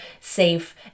safe